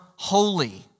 holy